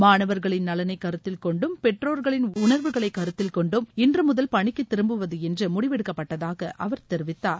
மாணவர்களின் நலனை கருத்தில்கொண்டும் பெற்றோர்களின் உணர்வுகளை கருத்தில் கொண்டும் இன்று முதல் பணிக்கு திரும்புவது என்று முடிவெடுக்கப்பட்டதாக அவர் தெரிவித்தார்